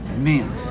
Man